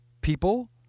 people